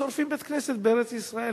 שורפים בית-כנסת בארץ-ישראל,